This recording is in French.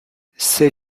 ces